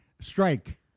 Strike